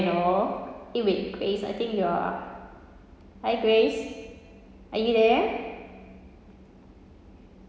you know eh wait grace I think you are hi grace are you there